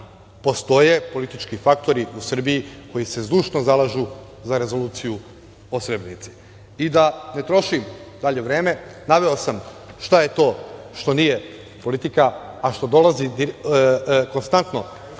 postoje politički faktori u Srbiji koji se zdušno zalažu za rezoluciju o Srebrenici. Da ne trošim dalje vreme, naveo sam šta je to što nije politika a što dolazi preko